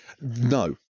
No